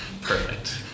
Perfect